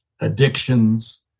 addictions